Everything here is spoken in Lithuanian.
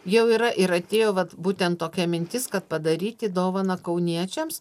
jau yra ir atėjo vat būtent tokia mintis kad padaryti dovaną kauniečiams